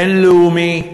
בין-לאומי,